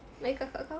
baik kakak kau